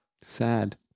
sad